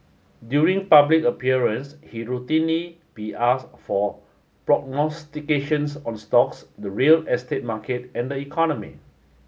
during public appearance he'd routinely be asked for prognostications on stocks the real estate market and the economy